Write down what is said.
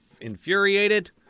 infuriated